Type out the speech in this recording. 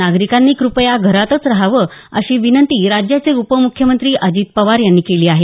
नागरिकांनी क्रपया घरातच रहावं अशी विनंती राज्याचे उपम्ख्यमंत्री अजित पवार यांनी केली आहे